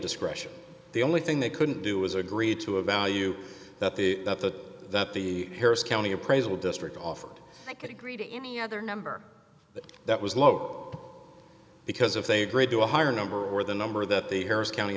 discretion the only thing they couldn't do was agree to a value that the that the that the harris county appraisal district offered i could agree to any other number but that was low because if they agreed to a higher number or the number that the harris county